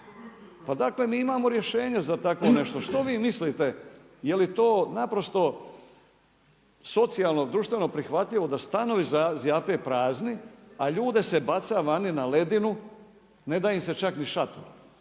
Pa dakle, mi imamo rješenje za takvo nešto. Što vi mislite je li to naprosto socijalno društveno prihvatljivo, da stanovi zjape prazni, a ljude se baca vani na ledinu, ne da im se čak ni šator.